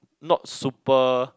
not super